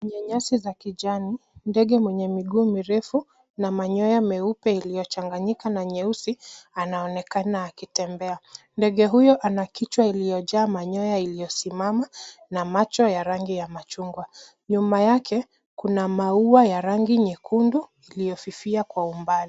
Kwenye nyasi za kijani, ndege mwenye miguu mirefu na manyoya meupe iliyochanganyika na nyeusi anaonekana akitembea. Ndege huyo ana kichwa iliyojaa manyoya iliyosimama na macho ya rangi ya machungwa. Nyuma yake kuna maua ya rangi nyekundu iliyofifia kwa umbali.